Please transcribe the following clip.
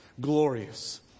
Glorious